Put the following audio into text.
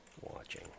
watching